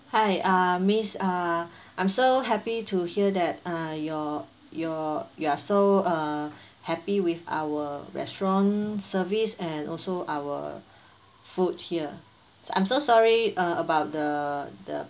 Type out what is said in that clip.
hi uh miss uh I'm so happy to hear that uh you're you're you are so uh happy with our restaurant service and also our food here so I'm so sorry uh about the the